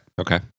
Okay